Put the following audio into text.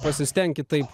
pasistenkit taip